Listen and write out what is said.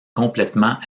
complètement